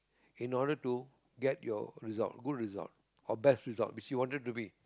in order to get your result good result or best result if you wanted to be